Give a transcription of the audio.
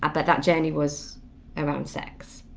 ah but that journey was around sex.